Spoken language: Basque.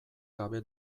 gabe